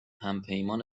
همپیمان